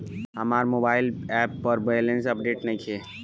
हमार mobile app पर balance update नइखे